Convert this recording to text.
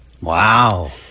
Wow